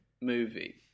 movie